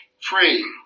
free